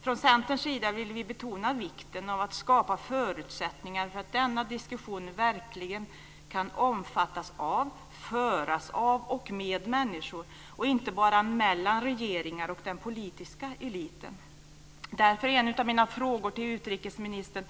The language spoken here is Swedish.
Från Centerns sida vill vi betona vikten av att skapa förutsättningar för att denna diskussion verkligen kan omfattas av, föras av och med människor och inte bara mellan regeringar och den politiska eliten. Därför är en av mina frågor till utrikesministern